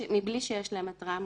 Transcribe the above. מבלי שיש להן התרעה מוקדמת.